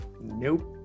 nope